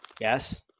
Yes